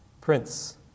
Prince